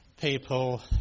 people